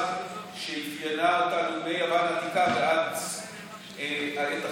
שאפיינה אותנו מיוון העתיקה ועד העת החדשה,